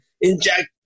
inject